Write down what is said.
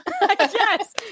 yes